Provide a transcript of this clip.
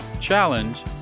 challenge